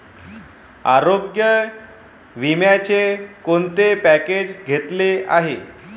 आरोग्य विम्याचे कोणते पॅकेज घेतले आहे?